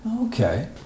Okay